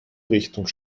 richtung